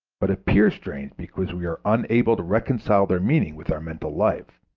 but appear strange because we are unable to reconcile their meaning with our mental life.